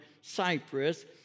Cyprus